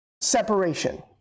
Separation